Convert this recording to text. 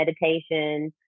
meditation